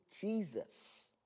Jesus